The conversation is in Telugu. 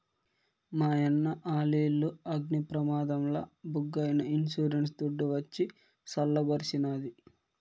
మాయన్న ఆలిల్లు అగ్ని ప్రమాదంల బుగ్గైనా ఇన్సూరెన్స్ దుడ్డు వచ్చి సల్ల బరిసినాది